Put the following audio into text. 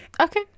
Okay